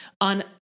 on